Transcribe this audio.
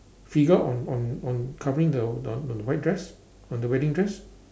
figure on on on covering the on on the white dress on the wedding dress